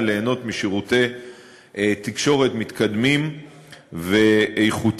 ליהנות משירותי תקשורת מתקדמים ואיכותיים.